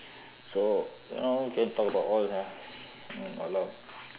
so you know we can talk about all ya